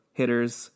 hitters